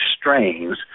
strains